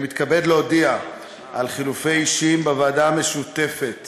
אני מתכבד להודיע על חילופי אישים בוועדה המשותפת